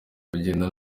kugenda